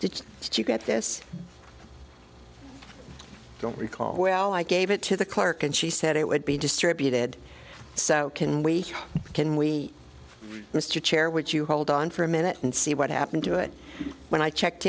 did you get this i don't recall well i gave it to the clerk and she said it would be distributed so can we can we mr chair which you hold on for a minute and see what happened to it when i checked